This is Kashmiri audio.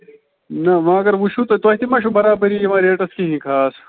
نہ ونۍ اَگر وُچھو تہ تۄہہِ تہِ ما چھُو برابری یِوان ریٹَس کِہیٖنٛۍ خاص